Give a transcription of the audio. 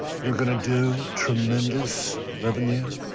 you're to do tremendous revenue.